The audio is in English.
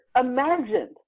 imagined